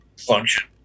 function